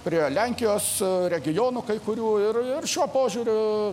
prie lenkijos regionų kai kurių ir ir šiuo požiūriu